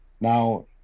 now